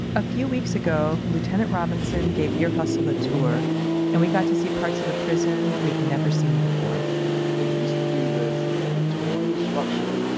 a few weeks ago, lieutenant robinson gave ear hustle the tour and we got to see parts of the prison we'd never seen before it used to be this victorian structure,